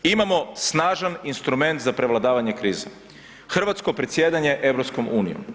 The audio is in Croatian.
Imamo snažan instrument za prevladavanje krize, hrvatsko predsjedanje EU.